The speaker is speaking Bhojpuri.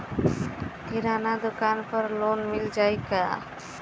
किराना दुकान पर लोन मिल जाई का?